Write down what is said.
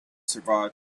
survived